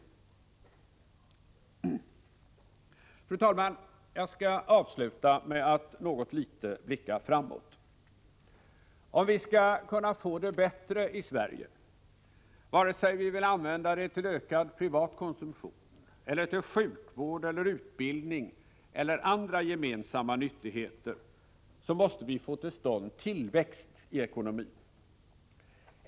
Fru talman! Jag skall avsluta med att litet blicka framåt. Om vi skall kunna få det bättre i Sverige, vare sig vi vill använda det till ökad privat konsumtion eller till sjukvård, utbildning eller andra gemensamma nyttigheter, så måste vi få till stånd tillväxt i ekonomin.